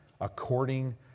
according